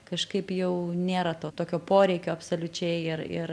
kažkaip jau nėra to tokio poreikio absoliučiai ir ir